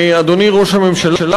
אדוני ראש הממשלה,